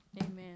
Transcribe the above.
amen